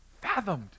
fathomed